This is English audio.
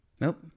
Nope